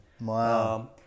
Wow